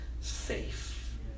safe